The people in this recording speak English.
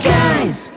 guys